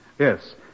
Yes